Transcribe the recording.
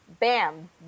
bam